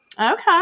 Okay